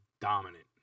dominant